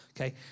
Okay